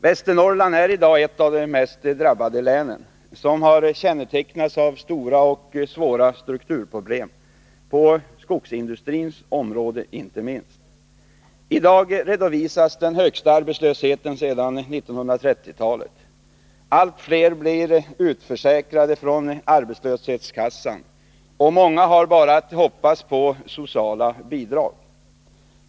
Västernorrland är i dag ett av de mest drabbade länen och har kännetecknats av stora och svåra strukturproblem inte minst på skogsindustrins område. I dag redovisas den högsta arbetslösheten sedan 1930-talet. Allt fler blir utförsäkrade från arbetslöshetskassan, och många har bara att hoppas på sociala bidrag.